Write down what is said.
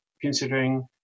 considering